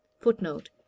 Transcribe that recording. Footnote